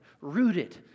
rooted